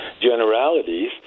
generalities